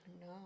No